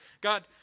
God